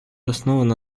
основана